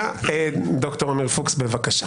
ד"ר עמיר פוקס, בבקשה.